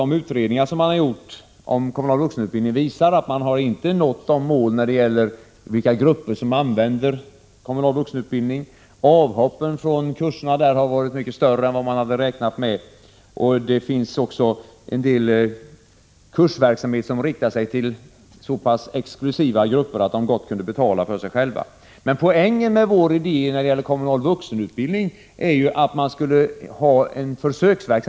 De utredningar som har gjorts om kommunal vuxenutbildning visar att man inte har lyckats vända sig till de avsedda grupperna. Vidare har avhoppen från kurserna varit mycket större än man hade räknat med. En del kursverkamhet riktar sig också till så exklusiva grupper att dessa gott väl själva kunde betala för utbildningen. Poängen med vår idé om kommunal vuxenutbildning är att försöksverksamhet skall bedrivas.